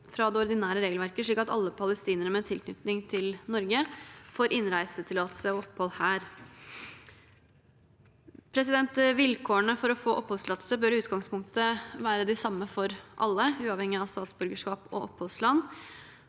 fra det ordinære regelverket, slik at alle palestinere med tilknytning til Norge får innreisetillatelse og opphold her. Vilkårene for å få oppholdstillatelse bør i utgangspunktet være de samme for alle, uavhengig av statsborgerskap og opphavsland.